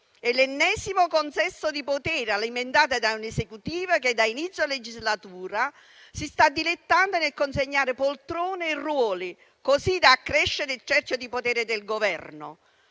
l'ennesimo consesso di potere alimentato da un Esecutivo che, da inizio legislatura, si sta dilettando nel consegnare poltrone e ruoli, così da accrescere il cerchio di potere del Governo,